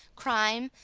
crime,